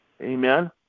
Amen